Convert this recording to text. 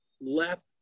left